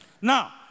Now